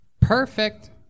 Perfect